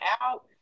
out